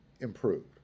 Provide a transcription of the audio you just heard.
improved